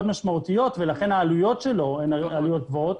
משמעותיות ולכן העלויות שלו הן עלויות גבוהות,